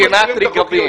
מדינת רגבים.